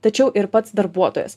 tačiau ir pats darbuotojas